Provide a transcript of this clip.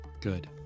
Good